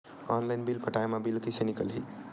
Online bill पटाय मा bill कइसे निकलही?